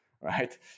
right